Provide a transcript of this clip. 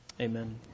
amen